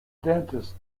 dentist